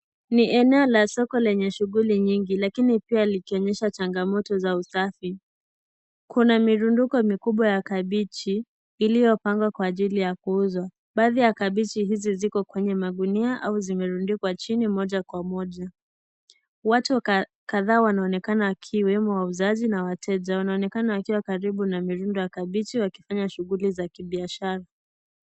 Ni eneo la soko lenye shughuli nyingi lakini pia likionyesha changamoto za usafi. Kuna mirundiko mikubwa ya kabeji iliyopangwa kwa ajili ya kuuza. Baadhi ya kabeji hizi ziko kwenye magunia au zimerundikwa chini moja kwa moja. Watu kadhaa wanaonekana wakiwemo wauzaji na wateja. Wanaonekana wakiwa karibu na mirundo ya kabeji wakifanya shughuli za kibiashara.